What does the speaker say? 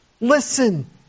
Listen